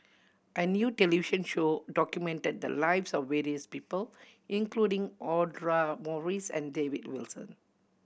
a new television show documented the lives of various people including Audra Morrice and David Wilson